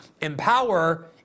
empower